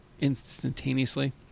instantaneously